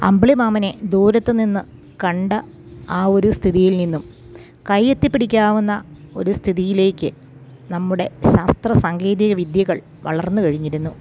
അമ്പിളി മാമനെ ദൂരത്തു നിന്നു കണ്ട ആ ഒരു സ്ഥിതിയിൽ നിന്നും കയ്യെത്തി പിടിക്കാവുന്ന ഒരു സ്ഥിതിയിലേക്ക് നമ്മുടെ ശാസ്ത്ര സാങ്കേതിക വിദ്യകൾ വളർന്നു കഴിഞ്ഞിരുന്നു